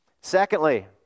Secondly